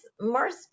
Mars